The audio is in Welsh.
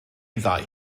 ddau